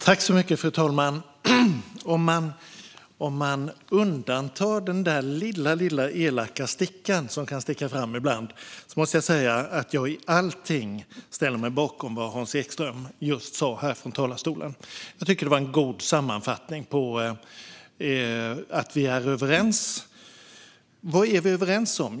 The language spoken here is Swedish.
Fru talman! Om man undantar den där lilla, lilla stickan som kan sticka fram ibland måste jag säga att jag i allting ställer mig bakom vad Hans Ekström just sa här i talarstolen. Jag tycker att det var en god sammanfattning när det gäller att vi är överens. Vad är vi överens om?